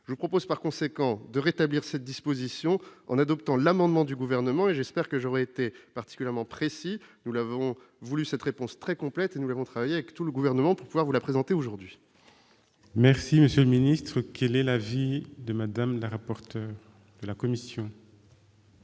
je propose par conséquent de rétablir cette disposition en adoptant l'amendement du gouvernement et j'espère que j'aurai été particulièrement précis, nous l'avons voulu cette réponse très complète et nous l'avons travaillé avec tout le gouvernement, pourquoi vous la présenté aujourd'hui. Merci monsieur le ministre, quelle est la vie de Madame, le rapporteur de la commission.